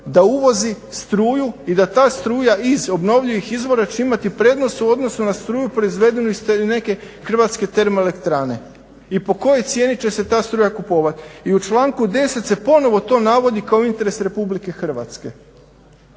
da uvozi struju i da ta struja iz obnovljivih izvora će imati prednost u odnosu na struju proizvedenu iz neke hrvatske termoelektrane? I po kojoj cijeni će se ta struja kupovati? I u članku 10. se ponovno to navodi kao interes RH.